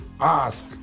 ask